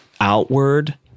outward